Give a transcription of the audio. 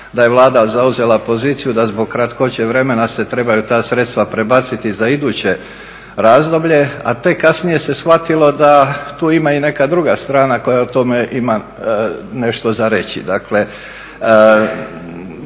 da je Vlada zauzela poziciju da zbog kratkoće vremena se trebaju ta sredstva prebaciti za iduće razdoblje a tek kasnije se shvatilo da tu ima i neka druga strana koja o tome ima nešto za reći.